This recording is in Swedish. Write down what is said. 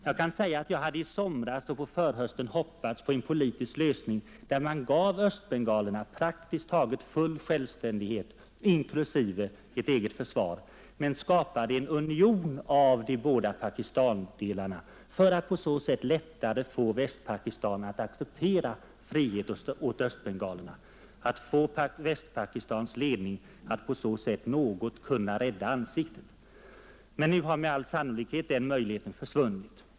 Jag kan säga att jag i somras och på förhösten hoppades på en politisk lösning som gav östbengalerna praktiskt taget full självständighet, inklusive eget försvar, men skapade en union av de båda Pakistandelarna för att på så sätt lättare få Västpakistan att acceptera frihet åt östbengalerna — låta Västpakistans ledning på så sätt något kunna rädda ansiktet. Men nu har med all sannolikhet den möjligheten försvunnit.